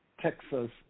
Texas